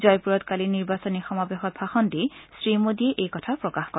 জয়পুৰত কালি নিৰ্বাচনী সমাৱেশত ভাষণ দি শ্ৰীমোডীয়ে এই কথা প্ৰকাশ কৰে